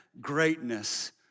greatness